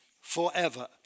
forever